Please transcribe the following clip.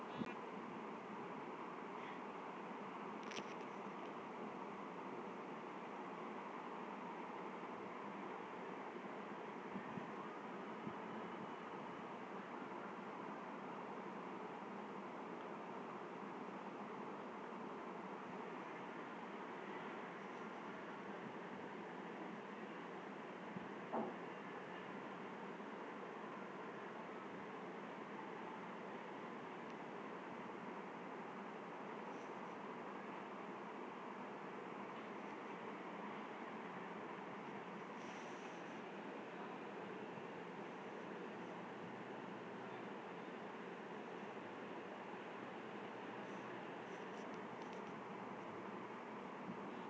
गाछक जड़ि माटी सँ पानि सेहो खीचई छै